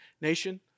nation